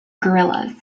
guerrillas